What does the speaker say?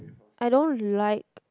I don't like